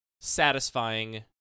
satisfying